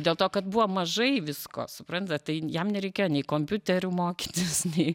dėl to kad buvo mažai visko suprantat tai jam nereikėjo nei kompiuteriu mokytis nei